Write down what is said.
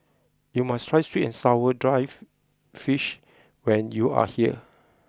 you must try sweet and sour drive fish when you are here